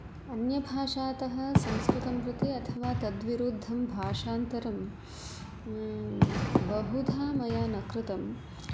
अन्यभााषातः संस्कृतं प्रति अथवा तद्विरुद्धं भाषान्तरं बहुधा मया न कृतम्